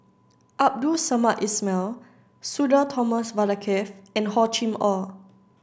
Abdul Samad Ismail Sudhir Thomas Vadaketh and Hor Chim Or